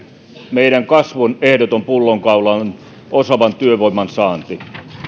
meidän kasvun ehdoton pullonkaula on osaavan työvoiman saanti